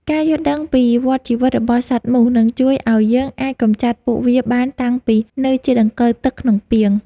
ការយល់ដឹងពីវដ្តជីវិតរបស់សត្វមូសនឹងជួយឱ្យយើងអាចកម្ចាត់ពួកវាបានតាំងពីនៅជាដង្កូវទឹកក្នុងពាង។